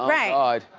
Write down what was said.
right. oh god.